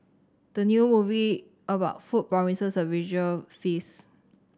the new movie about food promises a visual feast